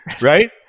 right